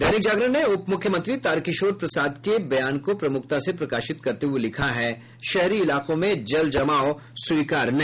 दैनिक जागरण ने उपमुख्यमंत्री तारकिशोर प्रसाद के बयान को प्रमुखता से प्रकाशित करते हुये लिखा है शहरी इलाकों में जल जमाव स्वीकार नहीं